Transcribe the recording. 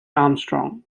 armstrong